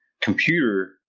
computer